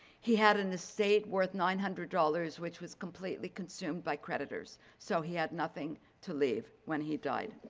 he had an estate worth nine hundred dollars, which was completely consumed by creditors. so he had nothing to leave when he died.